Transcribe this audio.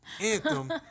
anthem